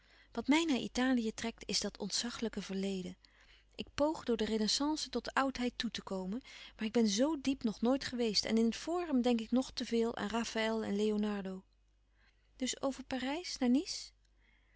wat mij naar italië trekt is dat ontzaglijke verleden ik poog door de renaissance tot de oudheid toe te komen maar ik ben zo diep nog nooit geweest en in het forum denk ik nog te veel aan rafaël en leonardo dus over parijs naar nice